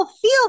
feel